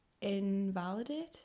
invalidate